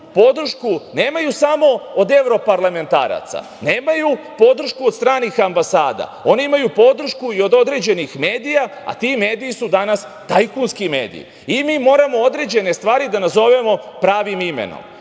podršku nemaju samo od evroparlamentaraca, nemaju podršku od stranih ambasada, oni imaju podršku i od određenih medija, a ti mediji su danas tajkunski mediji i mi moramo određene stvari da nazovemo pravim imenom. Oni